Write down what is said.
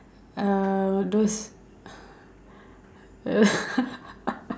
uh those